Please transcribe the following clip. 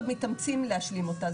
מאוד מתאמצים להשלים אותה.